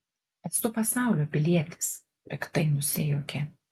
esu pasaulio pilietis piktai nusijuokė